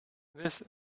this